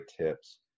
tips